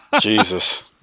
Jesus